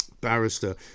barrister